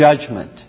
judgment